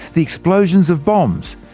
the explosions of bombs,